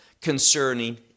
concerning